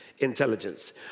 Intelligence